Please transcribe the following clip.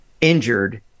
injured